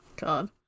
God